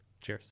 Cheers